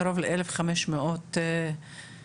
קרוב ל- 1,500 מורים,